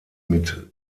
mit